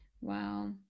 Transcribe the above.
Wow